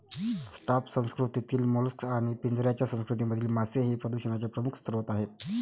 raft संस्कृतीतील mollusc आणि पिंजऱ्याच्या संस्कृतीतील मासे हे प्रदूषणाचे प्रमुख स्रोत आहेत